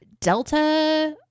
delta